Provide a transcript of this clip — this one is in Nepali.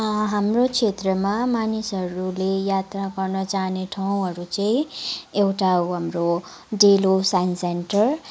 हाम्रो क्षेत्रमा मानिसहरूले यात्रा गर्नचाहने ठाउँहरू चाहिँ एउटा हो हाम्रो डेलो साइन्स सेन्टर